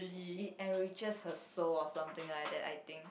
it enrich her soul or something like that I think